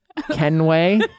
kenway